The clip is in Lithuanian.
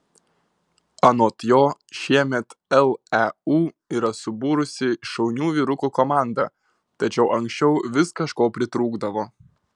anot jo šiemet leu yra subūrusi šaunių vyrukų komandą tačiau anksčiau vis kažko pritrūkdavo